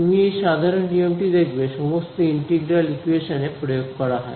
তুমি এই সাধারন নিয়ম টি দেখবে সমস্ত ইন্টিগ্রাল ইকুয়েশন এ প্রয়োগ করা হয়